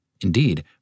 Indeed